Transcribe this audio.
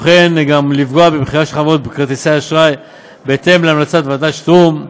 ולפגוע במכירה של חברות כרטיסי האשראי בהתאם להמלצות ועדת שטרום,